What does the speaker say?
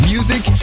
Music